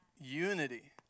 Unity